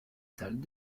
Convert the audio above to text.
salles